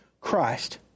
Christ